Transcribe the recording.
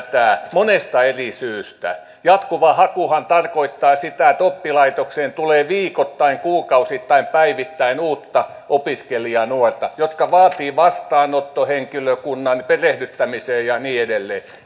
monesta eri syystä jatkuva hakuhan tarkoittaa sitä että oppilaitokseen tulee viikoittain kuukausittain päivittäin uutta opiskelijanuorta ja nämä vaativat vastaanottohenkilökunnan perehdyttämistä ja niin edelleen